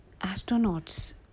astronauts